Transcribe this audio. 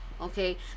okay